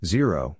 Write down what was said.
Zero